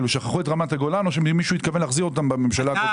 שכחו את רמת הגולן או שמישהו התכוון להחזיר אותה בממשלה הקודמת?